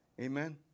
Amen